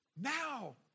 now